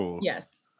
Yes